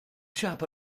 chap